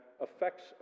affects